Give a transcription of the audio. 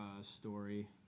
story